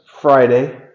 Friday